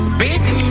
baby